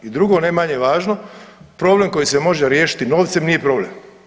I drugo ne manje važno, problem koji se može riješiti novcem nije problem.